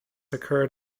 occurred